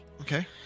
Okay